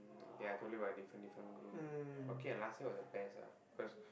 then I told you about different different group okay lah last year was the best ah cause